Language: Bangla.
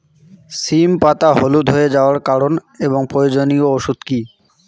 সিম পাতা হলুদ হয়ে যাওয়ার কারণ এবং প্রয়োজনীয় ওষুধ কি?